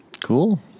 Cool